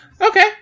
Okay